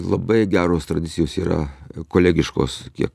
labai geros tradicijos yra kolegiškos kiek